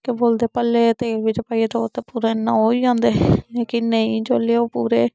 केह् बोलदे पल्ले तेल बेच्च पाइयै ते पूरा इ'यां ओह् होई जंदे लेकिन नेईं जोल्लै ओह् पूरे